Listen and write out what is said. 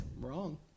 Wrong